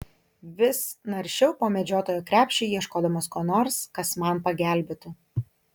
vis naršiau po medžiotojo krepšį ieškodamas ko nors kas man pagelbėtų